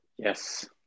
Yes